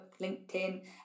linkedin